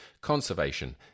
conservation